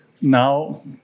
now